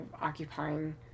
occupying